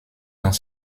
dans